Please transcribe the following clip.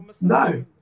no